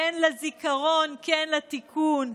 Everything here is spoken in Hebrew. כן לזיכרון, כן לתיקון.